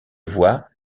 voix